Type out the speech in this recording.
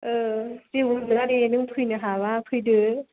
ओ जेबो नंला दे नों फैनो हाबा फैदो